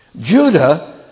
Judah